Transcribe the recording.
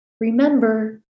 Remember